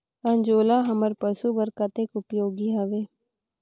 अंजोला हमर पशु बर कतेक उपयोगी हवे?